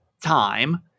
Time